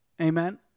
Amen